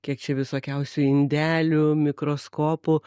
kiek čia visokiausių indelių mikroskopų